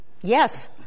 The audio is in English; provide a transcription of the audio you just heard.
Yes